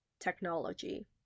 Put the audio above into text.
technology